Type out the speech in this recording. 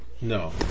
No